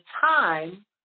time